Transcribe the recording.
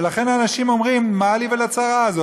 לכן אנשים אומרים: מה לי ולצרה הזאת?